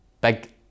big